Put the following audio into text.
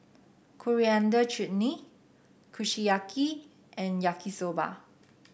Coriander Chutney Kushiyaki and Yaki Soba